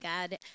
God